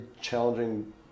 challenging